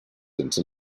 into